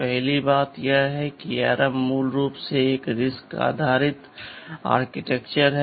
पहली बात यह है कि ARM मूल रूप से एक RISC आधारित आर्किटेक्चर है